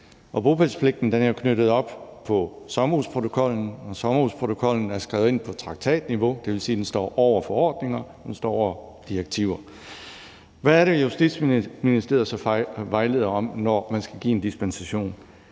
Bopælspligten er jo knyttet op på sommerhusprotokollen, og sommerhusprotokollen er skrevet ind på traktatniveau. Det vil sige, at den står over forordninger, og at den står over direktiver. Hvad er det, Justitsministeriet vejleder om, når man skal give en dispensation?